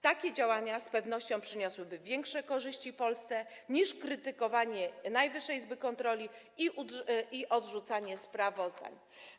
Takie działania z pewnością przyniosłyby większe korzyści Polsce niż krytykowanie Najwyższej Izby Kontroli i odrzucanie sprawozdań.